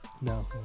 No